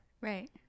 right